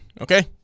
okay